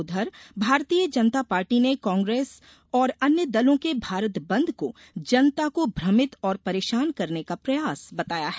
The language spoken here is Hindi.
उधर भारतीय जनता पार्टी ने कांग्रेस ओर अन्य दलों के भारत बंद को जनता को भ्रमित और परेशान करने का प्रयास बताया है